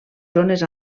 zones